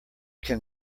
can